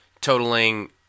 totaling